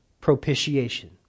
propitiation